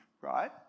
right